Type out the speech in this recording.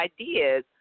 ideas